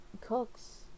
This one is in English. cooks